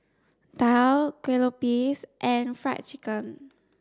daal kuih lopes and fried chicken